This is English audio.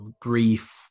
grief